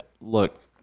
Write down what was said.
look